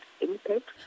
impact